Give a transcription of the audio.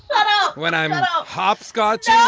but when i'm about hopscotch. ah